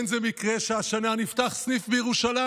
זה לא מקרה שהשנה נפתח סניף בירושלים,